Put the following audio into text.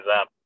up